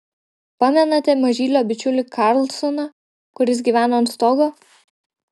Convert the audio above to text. pamenate mažylio bičiulį karlsoną kuris gyveno ant stogo